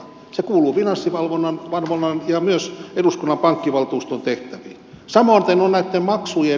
se kuuluu finanssivalvonnan ja myös eduskunnan pankkivaltuuston tehtäviin